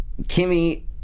Kimmy